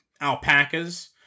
alpacas